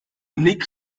nick